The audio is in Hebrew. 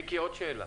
מיקי, עוד שאלה